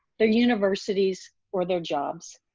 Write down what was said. their universities, or their jobs.